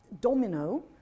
domino